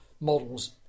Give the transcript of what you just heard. models